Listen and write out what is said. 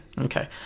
Okay